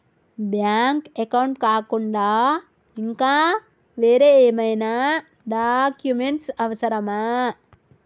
Bank account కాకుండా ఇంకా వేరే ఏమైనా డాక్యుమెంట్స్ అవసరమా?